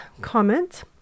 comment